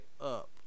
up